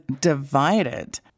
divided